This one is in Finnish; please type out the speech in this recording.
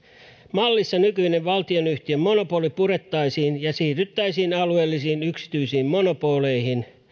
mallissa nykyinen valtionyhtiön monopoli purettaisiin ja siirryttäisiin alueellisiin yksityisiin monopoleihin